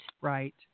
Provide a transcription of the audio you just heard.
Right